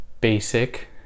basic